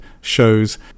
shows